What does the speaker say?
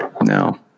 No